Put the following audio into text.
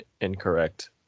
incorrect